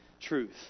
truth